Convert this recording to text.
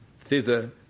thither